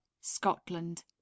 Scotland